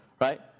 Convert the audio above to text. right